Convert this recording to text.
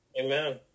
Amen